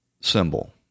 symbol